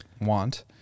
want